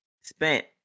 spent